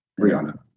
Brianna